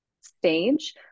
stage